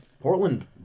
Portland